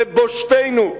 לבושתנו.